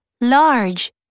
large